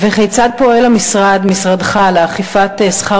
5. כיצד פועל משרדך לאכיפת תשלום שכר